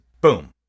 Boom